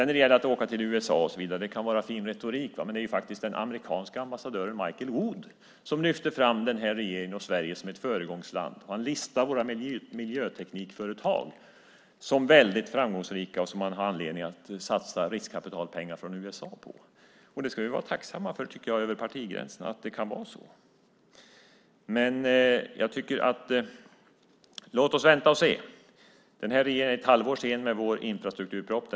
När det gäller att åka till USA och så vidare kan det ju vara fin retorik, men det är faktiskt den amerikanska ambassadören Michael Wood som lyfter fram den här regeringen och Sverige som ett föregångsland. Han listar våra miljöteknikföretag som väldigt framgångsrika och som man har anledning att satsa riskkapitalpengar från USA på. Att det kan vara så ska vi vara tacksamma för över partigränserna, tycker jag. Men låt oss vänta och se. Den här regeringen är ett halvår sen med infrastrukturpropositionen.